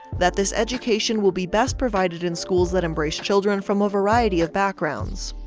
that this education will be best provided in schools that embrace children from a variety of backgrounds.